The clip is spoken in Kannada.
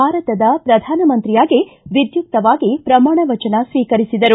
ಭಾರತದ ಪ್ರಧಾನಮಂತ್ರಿಯಾಗಿ ವಿದ್ಯುಕ್ತವಾಗಿ ಪ್ರಮಾಣ ವಚನ ಸ್ವೀಕರಿಸಿದರು